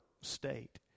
state